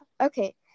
okay